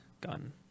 gun